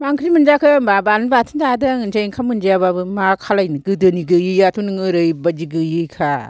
मा ओंख्रि मोनजाखो होनबा बानलु बाथोन जादों होनसै ओंखाम मोनजायाबाबो मा खालायनो गोदोनि गोयैआथ' नों ओरैबायदि गोयैखा